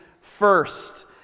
first